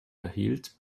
erhielt